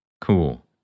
Cool